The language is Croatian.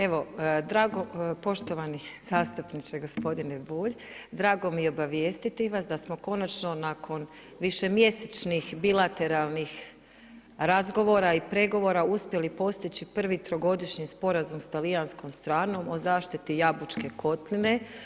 Evo, poštovani zastupniče gospodine Bulj drago mi je obavijestiti vas da smo konačno nakon višemjesečnih bilateralnih razgovora i pregovora uspjeli postići prvi trogodišnji sporazum s talijanskom stranom o zaštiti Jabučke kotline.